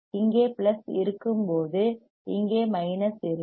இங்கே பிளஸ் இருக்கும்போது இங்கே மைனஸ் இருக்கும்